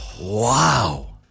Wow